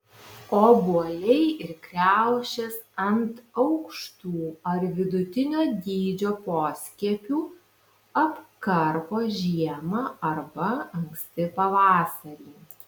obuoliai ir kriaušės ant aukštų ar vidutinio dydžio poskiepių apkarpo žiemą arba anksti pavasarį